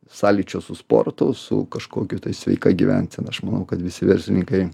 sąlyčio su sportu su kažkokiu tai sveika gyvensena aš manau kad visi verslininkai